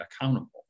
accountable